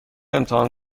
امتحان